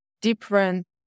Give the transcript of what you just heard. different